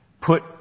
put